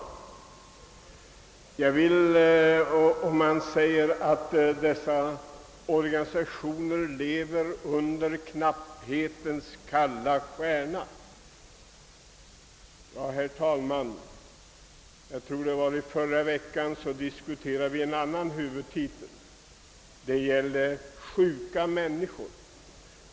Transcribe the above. Man talar om att dessa organisationer lever under knapphetens kalla stjärna. I förra veckan, herr talman, diskuterade vi en annan huvudtitel, och det gällde hjälp till sjuka människor.